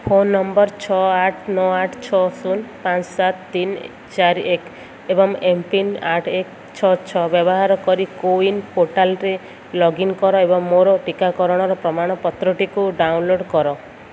phone number ଛଅ ଆଠ ନଅ ଆଠ ଛଅ ଶୂନ ପାଞ୍ଚ ସାତ ତିନି ଚାରି ଏକ ଏବଂ ଏମ୍ପିନ୍ ଆଠ ଏକ ଛଅ ଛଅ ବ୍ୟବହାର କରି କୋୱିନ୍ ପୋର୍ଟାଲ୍ରେ ଲଗ୍ଇନ୍ କର ଏବଂ ମୋର ଟିକାକରଣର ପ୍ରମାଣପତ୍ରଟିକୁ ଡାଉନଲୋଡ଼୍ କର